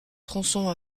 tronçons